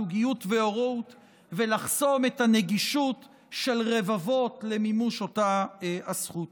זוגיות והורות ולחסום את הגישה של רבבות למימוש אותה הזכות.